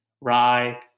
rye